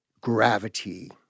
gravity